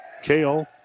Kale